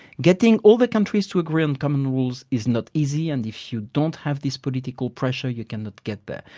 getting all the countries to agree um to and rules is not easy and if you don't have this political pressure you cannot get there.